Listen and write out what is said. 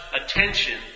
attention